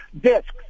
discs